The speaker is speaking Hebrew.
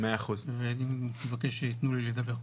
אני מבקש שייתנו לי לדבר.